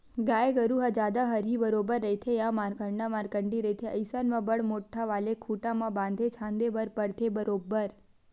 गाय गरु ह जादा हरही बरोबर रहिथे या मरखंडा मरखंडी रहिथे अइसन म बड़ मोट्ठा वाले खूटा म बांधे झांदे बर परथे बरोबर